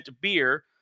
beer